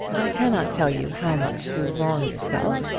i cannot tell you how much you wrong yourself,